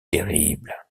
terrible